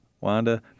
Wanda